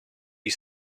you